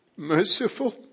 Merciful